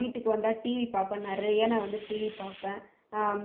வீட்டுக்கு வந்தால் டிவி பார்ப்பேன் நிறையா நான் வந்து டிவி பார்ப்பேன்